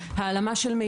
העלמה של המפגינים,